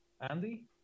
Andy